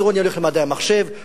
אז או נלך למדעי המחשב,